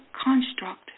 construct